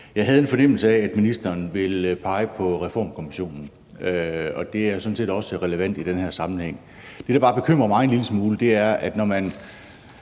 Jeg havde en fornemmelse af, at ministeren ville pege på Reformkommissionen, og det er sådan set også relevant i den her sammenhæng. Det, der bare bekymrer mig en lille smule, er, at når man